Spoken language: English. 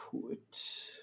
put